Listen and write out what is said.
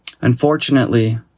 Unfortunately